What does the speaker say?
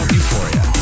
Euphoria